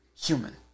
human